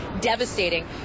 devastating